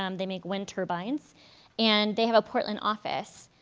um they make wind turbines and they have a portland office.